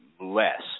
less